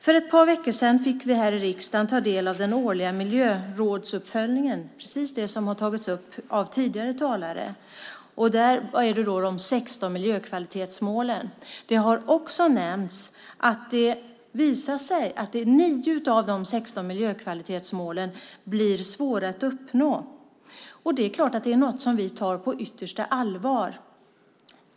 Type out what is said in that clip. För ett par veckor sedan fick vi här i riksdagen ta del av den årliga Miljömålsrådsuppföljningen av de 16 miljökvalitetsmålen, precis det som har tagits upp av tidigare talare. Det har också nämnts att det visar sig att 9 av de 16 miljökvalitetsmålen blir svåra att uppnå. Det är klart att det är något som vi tar på yttersta allvar.